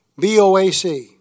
BOAC